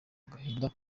agahinda